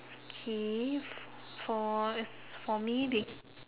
okay f~ for as for me be~